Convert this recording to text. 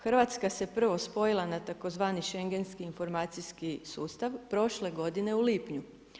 Hrvatska se prvo spojila na tzv. schengenski informacijski sustav prošle godine u lipnju.